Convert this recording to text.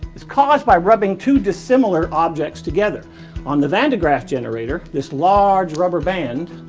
its caused by rubbing two dissimilar objects together on the van de graaff generator this large rubber band.